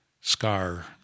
scar